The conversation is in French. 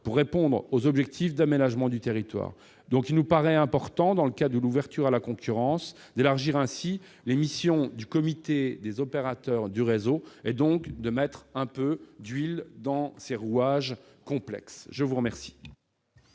pour satisfaire aux objectifs d'aménagement du territoire. Il nous paraît important, dans le cadre de l'ouverture à la concurrence, d'élargir les missions du comité des opérateurs du réseau et de mettre un peu d'huile dans ses rouages complexes. Quel